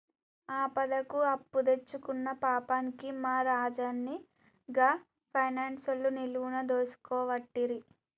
ఆపదకు అప్పుదెచ్చుకున్న పాపానికి మా రాజన్ని గా పైనాన్సోళ్లు నిలువున దోసుకోవట్టిరి